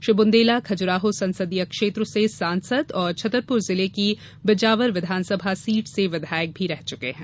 श्री बुंदेला खजुराहो संसदीय क्षेत्र से सांसद और छतरपुर जिले की बिजावर विधानसभा सीट से विधायक भी रह चुके हैं